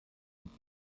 sieht